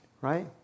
right